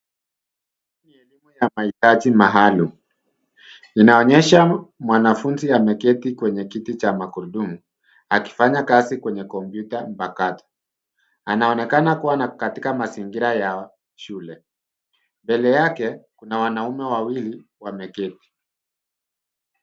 Hii ni elimu ya mahitaji maalum, inaonyesha mwanafunzi ameketi kwenye kiti cha magurudumu akifanya kazi kwenye kompyuta mpakato. Anaonekana kuwa katika mazingira ya shule. Mbele yake kuna wanaume wawili wameketi.